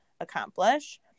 accomplish